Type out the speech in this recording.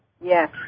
Yes